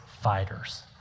fighters